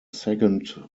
second